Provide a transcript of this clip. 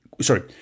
sorry